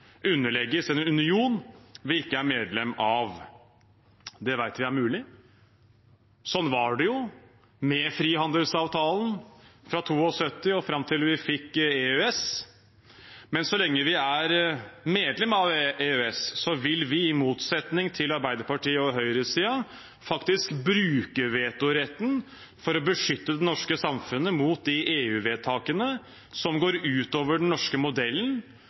underlegges en union vi ikke er medlem av. Det vet vi er mulig. Sånn var det jo med frihandelsavtalen fra 1972 og fram til vi fikk EØS. Så lenge vi er medlem av EØS vil vi, i motsetning til Arbeiderpartiet og høyresiden, faktisk bruke vetoretten for å beskytte det norske samfunnet mot de EU-vedtakene som går ut over den norske modellen,